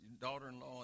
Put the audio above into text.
daughter-in-law